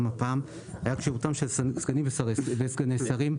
הפעם היה כשירותם של סגנים וסגני שרים.